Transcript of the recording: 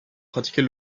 pratiquer